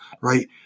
Right